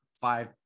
five